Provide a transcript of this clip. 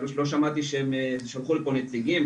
אבל לא שמעתי ששלחו לפה נציגים,